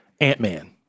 Ant-Man